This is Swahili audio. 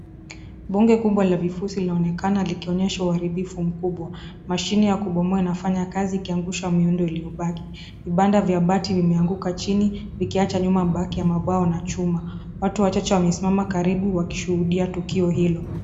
Bunge kubwa la vifusi linaonekana likionyeshwa uharibifu mkubwa. Mashine ya kubomoa inafanya kazi ikiangusha miundo iliyobaki. Vibanda vya bati vimeanguka chini, vikiacha nyuma baki ya mabwawa na chuma. Watu wachache wamesimama karibu wakishuhudia tukio hilo.